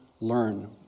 learn